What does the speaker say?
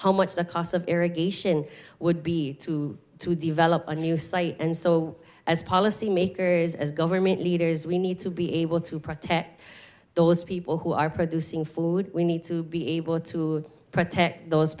how much the cost of irrigation would be to develop a new site and so as policy makers as government leaders we need to be able to protect those people who are producing food we need to be able to protect those